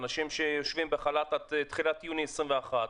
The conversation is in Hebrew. אנשים שיושבים בחל"ת עד תחילת יוני 2021,